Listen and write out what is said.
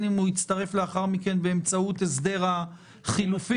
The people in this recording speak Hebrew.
אם הוא הצטרף לאחר מכן באמצעות הסדר החילופים.